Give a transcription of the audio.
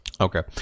Okay